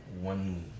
one